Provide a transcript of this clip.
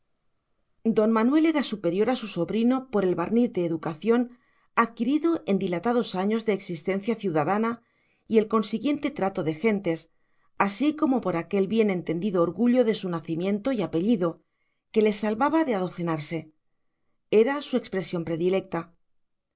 don manuel era superior a su sobrino por el barniz de educación adquirido en dilatados años de existencia ciudadana y el consiguiente trato de gentes así como por aquel bien entendido orgullo de su nacimiento y apellido que le salvaba de adocenarse era su expresión predilecta aparte de